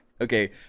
Okay